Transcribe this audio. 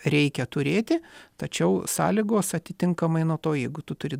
reikia turėti tačiau sąlygos atitinkamai nuo to jeigu tu turi